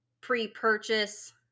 pre-purchase